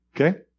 Okay